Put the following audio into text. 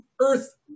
earth